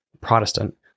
Protestant